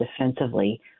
defensively